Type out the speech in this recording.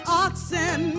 oxen